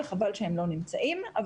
וחבל שנציגיה לא נמצאים פה,